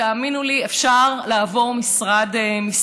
ותאמינו לי, אפשר לעבור משרד-משרד.